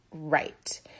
right